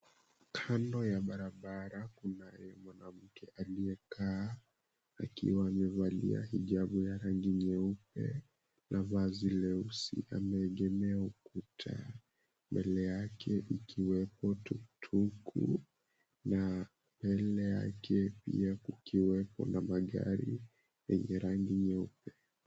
Kando ya barabara kunaye mwanamke aliyekaa akiwa amevalia hijabu ya rangi nyeupe na vazi leusi ameegemea ukuta mbele yake ikiweko tuktuk na mbele yake pia kukiwa kuna magari yenye rangi nyeupe.